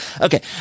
Okay